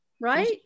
right